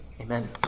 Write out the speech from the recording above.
Amen